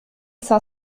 cinq